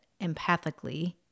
empathically